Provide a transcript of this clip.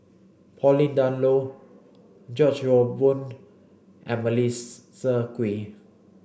pauline Dawn Loh George Yeo Boon Melissa Kwee